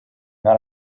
not